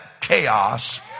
chaos